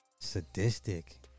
Sadistic